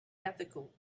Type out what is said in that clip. ethical